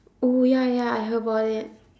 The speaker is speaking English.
oh ya ya I heard about it